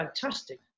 fantastic